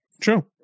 True